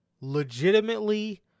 legitimately